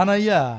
Anaya